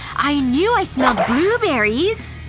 i knew i smelled blueberries!